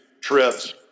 trips